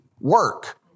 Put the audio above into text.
work